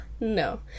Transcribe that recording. no